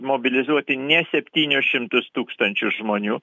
mobilizuoti ne septynius šimtus tūkstančių žmonių